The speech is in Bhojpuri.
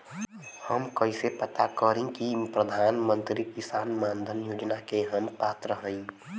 हम कइसे पता करी कि प्रधान मंत्री किसान मानधन योजना के हम पात्र हई?